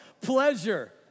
pleasure